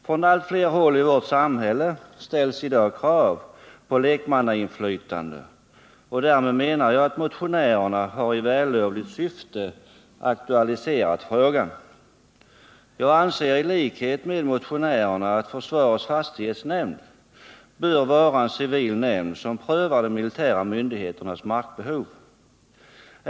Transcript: Från allt fler håll i vårt samhälle ställs i dag krav på lekmannainflytande, och därmed menar jag att motionärerna i vällovligt syfte har aktualiserat frågan. Jag anser i likhet med motionärerna att försvarets fastighetsnämnd bör vara en civil nämnd, som prövar de militära myndigheternas markbehov.